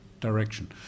direction